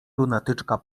lunatyczka